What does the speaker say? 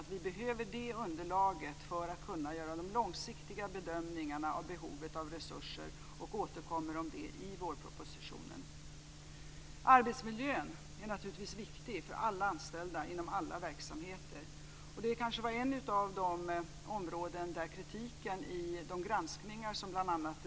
Vi behöver det underlaget för att kunna göra en långsiktig bedömning av behovet av resurser, och vi återkommer till detta i vårpropositionen. Arbetsmiljön är naturligtvis viktig för alla anställda inom alla verksamheter. Det var ett område som kritiserades i de granskningar som bl.a.